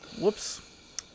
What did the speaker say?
Whoops